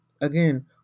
again